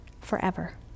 forever